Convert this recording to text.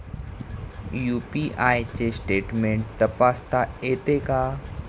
UPI चे statement तपासता येते का?